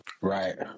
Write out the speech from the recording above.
Right